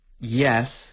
yes